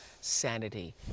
sanity